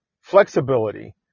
flexibility